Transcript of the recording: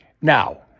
Now